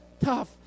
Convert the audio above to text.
tough